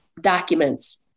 documents